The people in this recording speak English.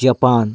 Japan